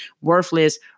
worthless